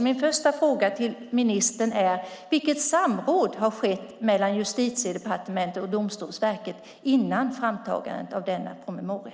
Min första fråga till ministern är: Vilket samråd har skett mellan Justitiedepartementet och Domstolsverket inför framtagandet av denna promemoria?